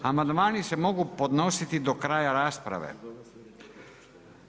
Amandmani se mogu podnositi do kraja rasprave.